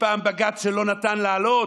פעם בג"ץ שלא נתן לעלות,